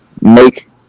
make